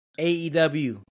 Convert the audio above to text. AEW